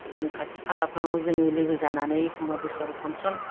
बिदिनो खाथि खालाफ्रावनो लोगो जानानै एखनबा बैसागु फांसन